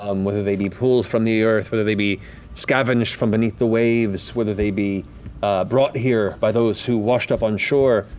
um whether they be pulled from the earth, whether they be scavenged from beneath the waves, whether they be brought here by those who washed up on shore,